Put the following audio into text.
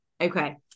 Okay